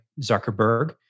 Zuckerberg